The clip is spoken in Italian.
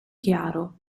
chiaro